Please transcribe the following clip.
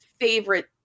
favorite